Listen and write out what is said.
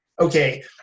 okay